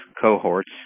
cohorts